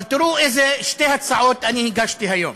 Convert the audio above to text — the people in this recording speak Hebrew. אבל תראו איזה שתי הצעות אני הגשתי היום,